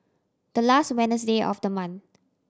the last Wednesday of the month